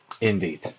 Indeed